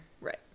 Right